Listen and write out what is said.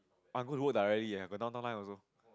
I'm going to work directly eh have a Downtown Line also